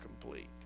complete